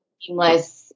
seamless